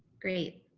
great.